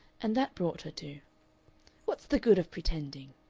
and that brought her to what's the good of pretending?